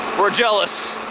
we're jealous.